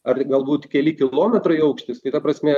ar galbūt keli kilometrai aukštis tai ta prasme